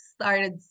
started